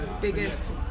biggest